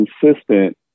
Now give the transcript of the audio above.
consistent